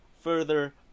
further